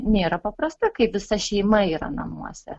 nėra paprasta kai visa šeima yra namuose